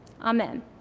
Amen